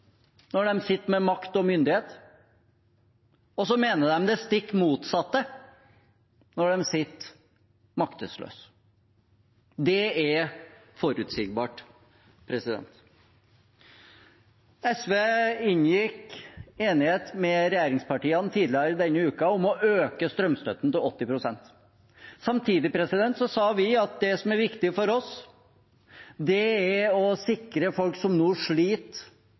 når de sitter med makt og myndighet, og så mener de det stikk motsatte når de sitter maktesløse. Det er forutsigbart. SV inngikk enighet med regjeringspartiene tidligere denne uka om å øke strømstøtten til 80 pst. Samtidig sa vi at det som er viktig for oss, er å sikre folk som nå sliter